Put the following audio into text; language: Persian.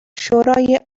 شورای